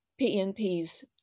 PNPs